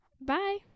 Bye